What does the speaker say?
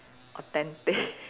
authentic